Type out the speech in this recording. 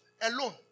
alone